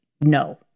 no